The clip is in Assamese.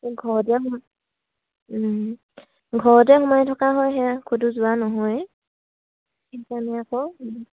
ঘৰতে সোমাই ঘৰতে সোমাই থকা হয় সেয়া কতো যোৱা নহয় সেইকাৰণে আকৌ